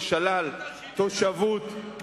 ושלל תושבות,